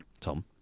Tom